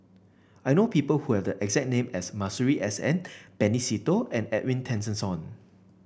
I know people who have the exact name as Masuri S N Benny Se Teo and Edwin Tessensohn